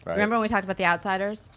remember we talked about the outsiders?